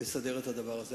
לסדר את הדבר הזה.